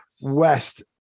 west